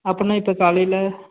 அப்போன்னா இப்போ காலையில